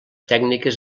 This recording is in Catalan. tècniques